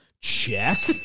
Check